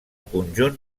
conjunt